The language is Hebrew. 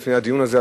לפני הדיון הזה,